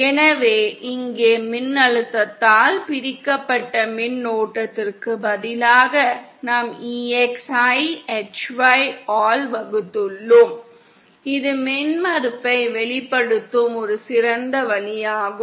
எனவே இங்கே மின்னழுத்தத்தால் பிரிக்கப்பட்ட மின்னோட்டத்திற்கு பதிலாக நாம் EX ஐ HY ஆல் வகுத்துள்ளோம் இது மின்மறுப்பை வெளிப்படுத்தும் ஒரு சிறந்த வழியாகும்